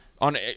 On